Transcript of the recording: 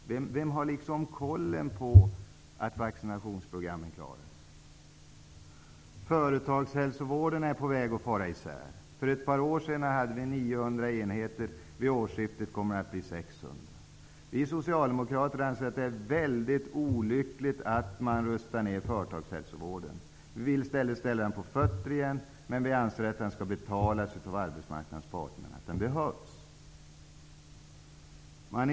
Vem har kontroll över att vaccinationsprogrammen fungerar? Företagshälsovården är på väg att falla isär. För ett par år sedan hade vi 900 enheter. Vid årsskiftet kommer det att vara 600. Vi socialdemokrater anser att det är mycket olyckligt att man rustar ner företagshälsovården. Vi vill i stället resa upp den på fötter igen. Vi anser att den behövs men att den skall betalas av arbetsmarknadens parter.